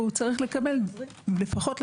תיתנו לו דרכון מהיום הראשון או תגידו לו: חכה שנה,